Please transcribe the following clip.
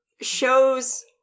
shows